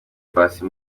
paccy